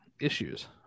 issues